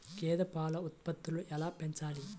గేదె పాల ఉత్పత్తులు ఎలా పెంచాలి?